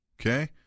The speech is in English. Okay